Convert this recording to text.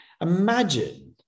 imagine